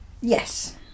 yes